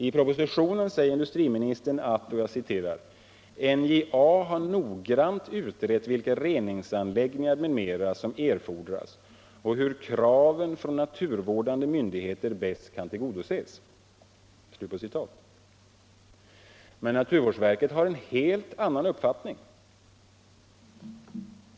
I propositionen säger industriministern: ”NJA har noggrant utrett vilka reningsanläggningar m.m. som er fordras och hur kraven från naturvårdande myndigheter bäst kan tillgodoses.” Men naturvårdsverket har en helt annan uppfattning.